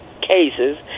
cases